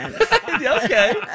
Okay